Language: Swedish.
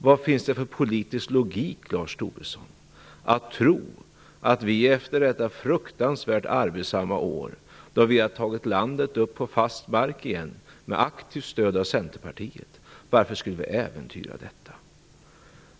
Vad finns det för politisk logik, Lars Tobisson, i att tro att vi efter detta fruktansvärt arbetsamma år, då vi har tagit landet upp på fast mark igen, med aktivt stöd av Centerpartiet, skulle äventyra detta?